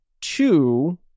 two